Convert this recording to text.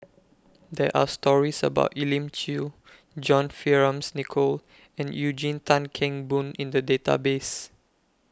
There Are stories about Elim Chew John Fearns Nicoll and Eugene Tan Kheng Boon in The Database